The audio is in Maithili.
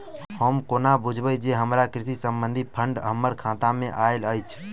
हम कोना बुझबै जे हमरा कृषि संबंधित फंड हम्मर खाता मे आइल अछि?